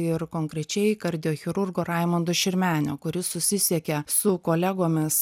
ir konkrečiai kardiochirurgo raimundo širmenio kuris susisiekė su kolegomis